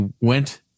went